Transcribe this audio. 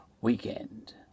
weekend